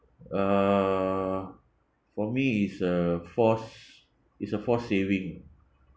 uh for me is a forced is a forced saving